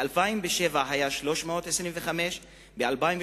ב-2007 היו 325 אירועי ירי,